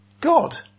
God